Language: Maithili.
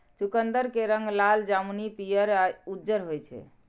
चुकंदर के रंग लाल, जामुनी, पीयर या उज्जर होइ छै